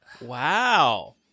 Wow